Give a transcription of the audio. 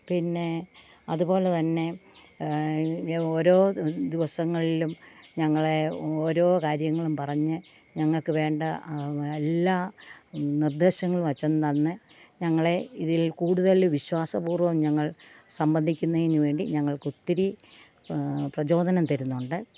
പിന്നെ അ തു പോലെതന്നെ ഓരോ ദിവസങ്ങളിലും ഞങ്ങളെ ഓരോ കാര്യങ്ങളും പറഞ്ഞ് ഞങ്ങൾക്കു വേണ്ട എല്ലാ നിർദ്ദേശങ്ങളും അച്ഛൻ തന്ന് ഞങ്ങളെ ഇതിൽ കൂടുതൽ വിശ്വാസപൂർവ്വം ഞങ്ങൾ സംബന്ധിക്കുന്നതിനു വേണ്ടി ഞങ്ങൾക്കൊത്തിരി പ്രചോദനം തരുന്നുണ്ട്